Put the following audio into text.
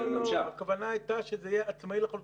הכוונה הייתה שזה יהיה עצמאי לחלוטין.